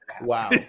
wow